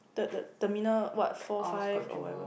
the the terminal what four five or whatever